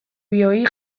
bioi